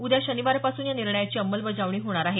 उद्या शनिवारपासून या निर्णयाची अंमलबजावणी होणार आहे